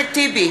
אחמד טיבי,